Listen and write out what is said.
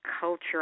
culture